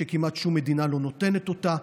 שכמעט שום מדינה לא נותנת אותה,